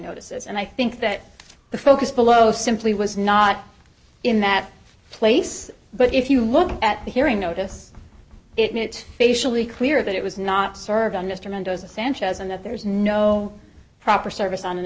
notices and i think that the focus below simply was not in that place but if you look at the hearing notice it facially clear that it was not served on mr mendoza sanchez and that there is no proper service on